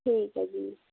ਠੀਕ ਹੈ ਜੀ